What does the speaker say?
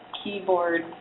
keyboard